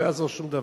לא יעזור שום דבר.